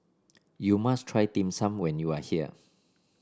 you must try Dim Sum when you are here